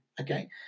Okay